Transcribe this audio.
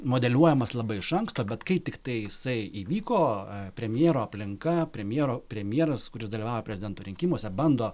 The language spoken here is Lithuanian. modeliuojamas labai iš anksto bet kai tiktai jisai įvyko premjero aplinka premjero premjeras kuris dalyvauja prezidento rinkimuose bando